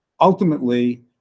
Ultimately